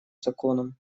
законом